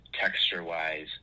texture-wise